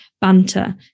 banter